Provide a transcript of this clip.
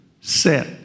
set